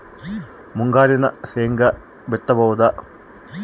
ಮುಂಗಾರಿನಾಗ ಶೇಂಗಾ ಬಿತ್ತಬಹುದಾ?